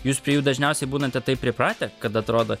jūs prie jų dažniausiai būnate taip pripratę kad atrodo